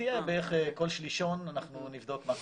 בערך כל שלישון אנחנו נבדוק מה קורה.